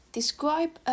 Describe